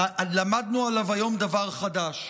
למדנו עליו היום דבר חדש.